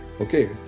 okay